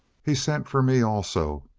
he sent for me also,